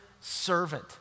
servant